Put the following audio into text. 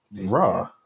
Raw